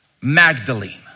Magdalene